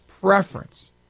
preference